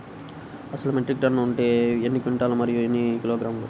అసలు metric ton అంటే ఎన్ని క్వింటాలు మరియు ఎన్ని కిలోగ్రాములు?